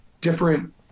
different